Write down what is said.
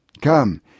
Come